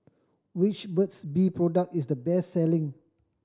which Burt's Bee product is the best selling